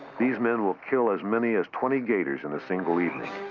these men will kill as many as twenty gators in a single evening.